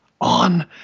on